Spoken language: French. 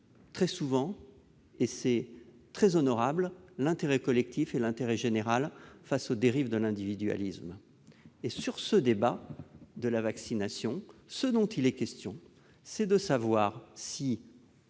très souvent, et c'est fort honorable, l'intérêt collectif et l'intérêt général face aux dérives de l'individualisme. Or, sur ce débat de la vaccination, il est justement question de savoir si